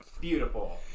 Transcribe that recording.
Beautiful